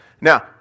Now